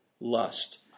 lust